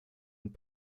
und